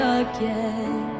again